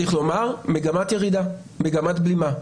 צריך לומר, מגמת ירידה, מגמת בלימה.